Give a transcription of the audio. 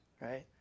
right